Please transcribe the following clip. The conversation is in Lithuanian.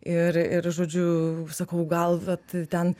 ir ir žodžiu sakau gal vat ten